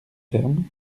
ferme